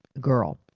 Girl